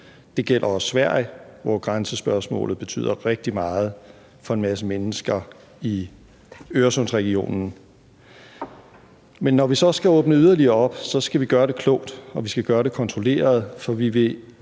Det gælder også Sverige, hvor grænsespørgsmålet betyder rigtig meget for en masse mennesker i Øresundsregionen. Men når vi så skal åbne yderligere op, skal vi gøre det klogt, og vi skal gøre det kontrolleret, for vi vil